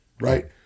right